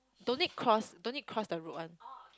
don't need cross don't need cross the road one